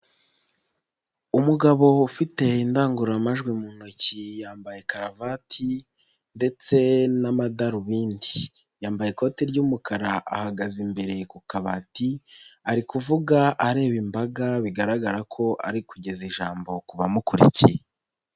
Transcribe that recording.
Umugabo ufite indangururamajwi mu ntoki yambaye karuvati ndetse n'amadarubindi. Yambaye ikoti ry'umukara, ahagaze imbere ku kabati, ari kuvuga areba imbaga, bigaragara ko arigeza ijambo ku bamukurikiye.